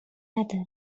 نداره